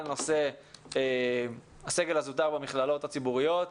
נושא הסגל הזוטר במכללות הציבוריות.